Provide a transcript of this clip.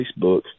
Facebook